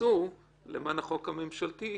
עשו למען החוק הממשלתי,